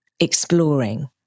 Exploring